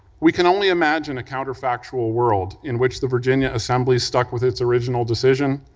we can only imagine a counterfactual world in which the virginia assembly stuck with its original decision,